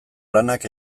lanak